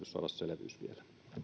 saada selvyys vielä